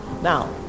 Now